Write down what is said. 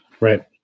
right